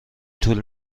طول